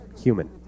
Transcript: human